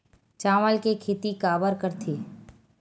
चावल के खेती काबर करथे?